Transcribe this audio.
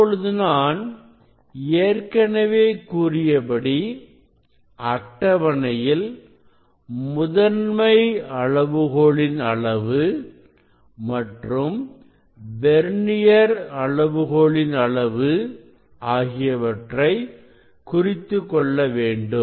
இப்பொழுது நான் ஏற்கனவே கூறியபடி அட்டவணையில் முதன்மை அளவுகோலின் அளவு மற்றும் வெர்னியர் அளவுகோலின் அளவு ஆகியவற்றை குறித்துக் கொள்ள வேண்டும்